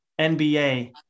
NBA